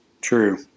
True